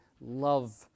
love